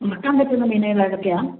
വറുക്കാൻ പറ്റുന്ന മീനുകൾ ഏതൊക്കെയാണ്